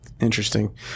Interesting